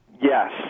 yes